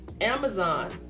Amazon